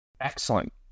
Excellent